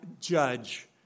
judge